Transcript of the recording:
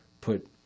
put